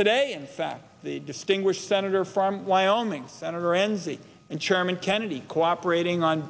today in fact the distinguished senator from wyoming senator enzi and chairman kennedy cooperating on